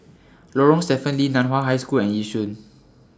Lorong Stephen Lee NAN Hua High School and Yishun